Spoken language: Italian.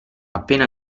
appena